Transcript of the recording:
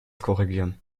korrigieren